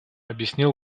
объяснил